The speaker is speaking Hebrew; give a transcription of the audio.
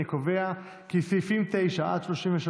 אני קובע כי סעיפים 9 עד 33,